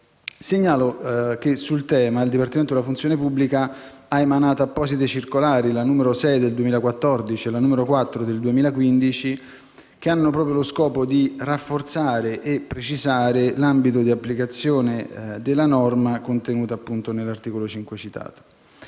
Segnalo che sul tema il Dipartimento della funzione pubblica ha emanato apposite circolari (la n. 6 del 2014 e la n. 4 del 2015), che hanno proprio lo scopo di rafforzare e precisare l'ambito di applicazione della norma contenuta nell'articolo 5 citato.